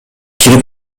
кирип